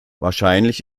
wahrscheinlich